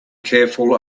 careful